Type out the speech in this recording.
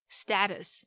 status 。